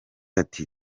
ati